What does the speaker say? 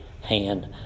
hand